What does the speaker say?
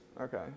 Okay